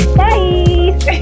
bye